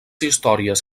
històries